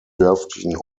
dörflichen